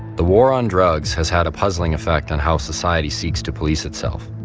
the war on drugs has had a puzzling effect on how society seeks to police itself.